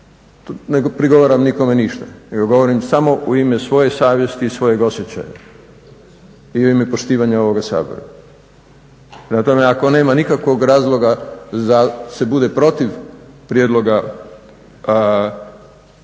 Ne prigovaram nikome ništa nego govorim samo u ime svoje savjesti i svojeg osjećaja i u ime poštivanja ovoga Sabora. Prema tome ako nema nikakvog razloga da se bude protiv prijedloga